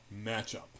matchup